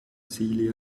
silja